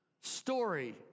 story